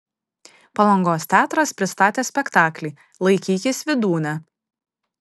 palangos teatras pristatė spektaklį laikykis vydūne